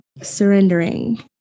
surrendering